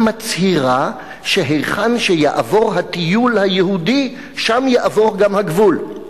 מצהירה שהיכן שיעבור הטיול היהודי שם יעבור גם הגבול".